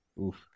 Oof